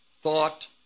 thought